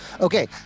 Okay